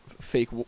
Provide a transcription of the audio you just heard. fake